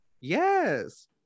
Yes